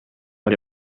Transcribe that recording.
but